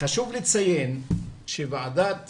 חשוב לציין שוועדת